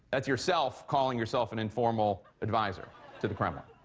that's yourself calling yourself an informal adviser to the kremlin.